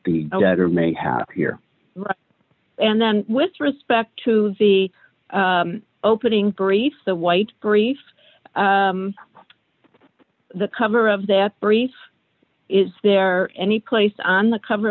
here and then with respect to the opening brief the white brief the cover of that brief is there any place on the cover